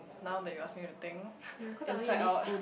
now then you ask me to think inside out